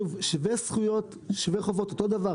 ואז יוצא שוויון בתשלום בלי להפר את ההסכם הבינלאומי.